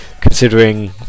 considering